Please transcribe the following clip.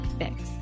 fix